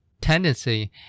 tendency